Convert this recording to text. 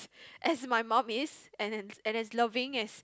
as my mum is and and and as loving as